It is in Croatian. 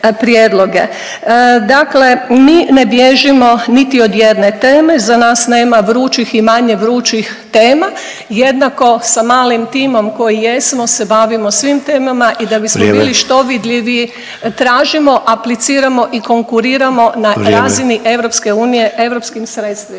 Dakle, mi ne bježimo niti od jedne teme, za nas nema vrućih i manje vrućih tema. Jednako sa malim timom koji jesmo se bavimo svim temama i da bismo bili što …/Upadica: Vrijeme./… vidljiviji, tražimo, apliciramo i konkuriramo na razini EU europskim sredstvima.